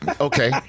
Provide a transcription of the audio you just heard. okay